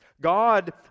God